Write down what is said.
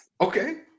Okay